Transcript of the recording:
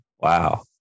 Wow